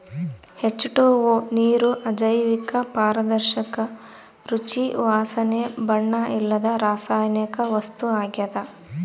H two O ನೀರು ಅಜೈವಿಕ ಪಾರದರ್ಶಕ ರುಚಿ ವಾಸನೆ ಬಣ್ಣ ಇಲ್ಲದ ರಾಸಾಯನಿಕ ವಸ್ತು ಆಗ್ಯದ